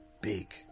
Big